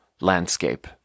landscape